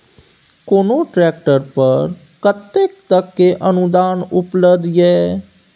कोनो ट्रैक्टर पर कतेक तक के अनुदान उपलब्ध ये?